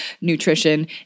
nutrition